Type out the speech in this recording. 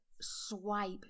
swipe